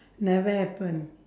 never happen